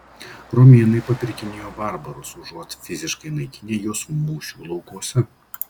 romėnai papirkinėjo barbarus užuot fiziškai naikinę juos mūšių laukuose